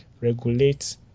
regulate